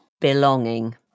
Belonging